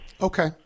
Okay